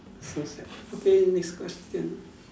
so sad okay next question